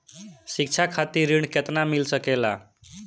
शिक्षा खातिर ऋण केतना मिल सकेला?